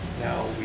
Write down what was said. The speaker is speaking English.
now